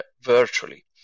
virtually